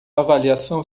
avaliação